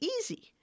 easy